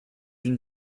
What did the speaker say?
une